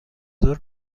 ظهر